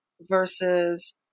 versus